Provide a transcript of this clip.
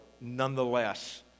nonetheless